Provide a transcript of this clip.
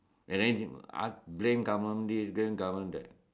and then ask blame government this blame government that